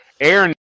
Aaron